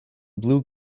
blue